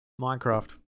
Minecraft